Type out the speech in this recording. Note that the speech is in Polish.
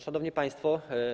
Szanowni Państwo!